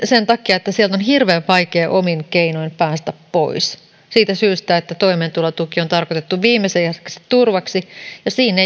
sen takia että sieltä on hirveän vaikea omin keinoin päästä pois siitä syystä että toimeentulotuki on tarkoitettu viimesijaiseksi turvaksi siinä